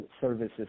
services